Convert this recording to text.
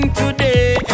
today